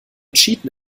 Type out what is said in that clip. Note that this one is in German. cheaten